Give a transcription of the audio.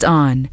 on